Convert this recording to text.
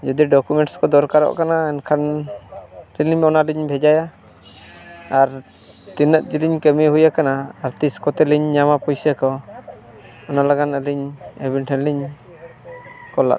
ᱡᱩᱫᱤ ᱰᱳᱠᱚᱢᱮᱱᱴ ᱠᱚ ᱫᱚᱨᱠᱟᱨᱚᱜ ᱠᱟᱱᱟ ᱟᱹᱞᱤᱧ ᱚᱱᱟ ᱞᱤᱧ ᱵᱷᱮᱡᱟᱭᱟ ᱟᱨ ᱛᱤᱱᱟᱹᱜ ᱡᱮᱞᱤᱧ ᱠᱟᱹᱢᱤ ᱦᱩᱭ ᱟᱠᱟᱱᱟ ᱟᱨ ᱛᱤᱥ ᱠᱚᱛᱮᱞᱤᱧ ᱧᱟᱢᱟ ᱯᱚᱭᱥᱟ ᱠᱚ ᱚᱱᱟ ᱞᱟᱜᱟᱱ ᱟᱹᱞᱤᱧ ᱟᱹᱵᱤᱱ ᱴᱷᱮᱱ ᱞᱤᱧ ᱠᱚᱞ ᱞᱮᱫ ᱛᱟᱦᱮᱸᱫ